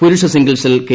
പുരുഷ സിംഗിൾസിൽ കെ